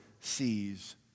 sees